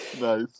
nice